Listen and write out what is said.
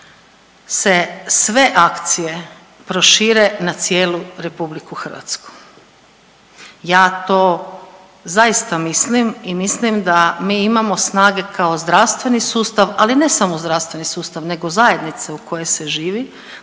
se sve akcije prošire na cijelu RH. Ja to zaista mislim i mislim da mi imamo snage kao zdravstveni sustav, ali ne samo zdravstveni sustave nego zajednice u kojoj se živi